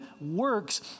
works